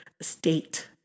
state-